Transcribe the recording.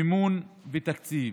מימון ותקציב.